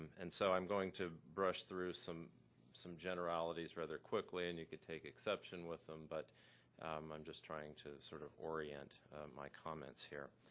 and so i'm going to brush through some some generalities rather quickly and you can take exception with them but i'm just trying to sort of orient my comment.